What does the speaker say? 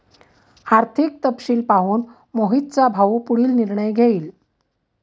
आर्थिक तपशील पाहून मोहितचा भाऊ पुढील निर्णय घेईल